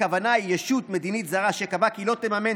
הכוונה היא לישות ממדינה זרה שקבעה כי לא תממן,